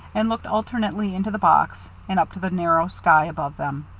and looking alternately into the box and up to the narrow sky above them.